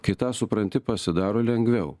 kai tą supranti pasidaro lengviau